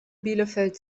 bielefeld